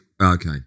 Okay